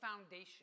foundation